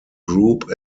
group